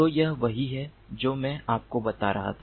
तो यह वही है जो मैं आपको बता रहा था